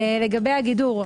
לגבי הגידור,